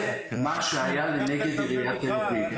זה מה שהיה לנגד עירית תל אביב.